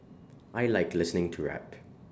I Like listening to rap